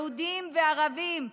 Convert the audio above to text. יהודים וערבים,